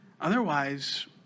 Otherwise